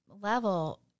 Level